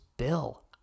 Bill